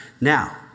Now